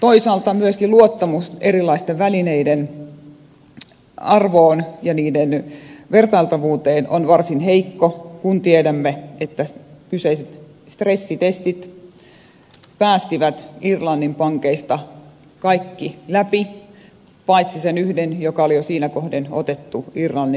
toisaalta myöskin luottamus erilaisten välineiden arvoon ja niiden vertailtavuuteen on varsin heikko kun tiedämme että kyseiset stressitestit päästivät irlannin pankeista kaikki läpi paitsi sen yhden joka oli jo siinä kohden otettu irlannin valtion huostaan